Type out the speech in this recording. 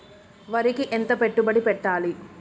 వరికి ఎంత పెట్టుబడి పెట్టాలి?